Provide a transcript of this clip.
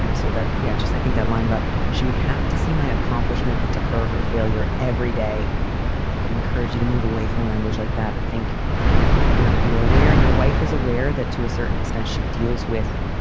um so that you yeah just i think that line about she would have to see my accomplishment and to her, her failure everyday would encourage you to move away from language like that. i think you're you're aware and your wife is aware that to a certain extent she deals with,